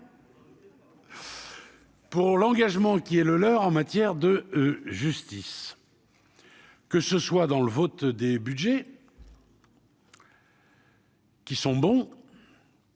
Pour l'engagement qui est le leur, en matière de justice. Que ce soit dans le vote des Budgets. Qui sont bons.